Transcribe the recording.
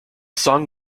song